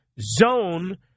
zone